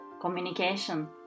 communication